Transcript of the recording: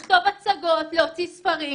לכתוב הצגות, להוציא ספרים.